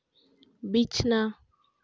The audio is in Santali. ᱵᱤᱪᱷᱱᱟ